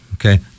Okay